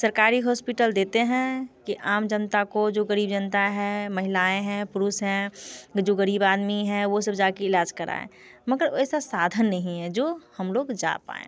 सरकारी होस्पिटल देते हैं कि आम जनता को जो गरीब जनता है महिलाएँ हैं पुरुष हैं जो गरीब आदमी वो सब जाके इलाज कराएं मगर वैसा साधन नहीं है जो हम लोग जा पाएं